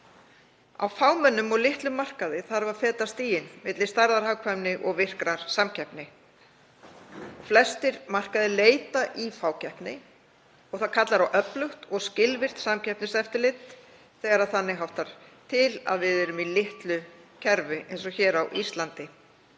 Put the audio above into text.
Á fámennum og litlum markaði þarf að feta stíginn milli stærðarhagkvæmni og virkrar samkeppni. Flestir markaðir leita í fákeppni og það kallar á öflugt og skilvirkt samkeppniseftirlit þegar þannig háttar til að við erum í litlu kerfi eins og hér á Íslandi.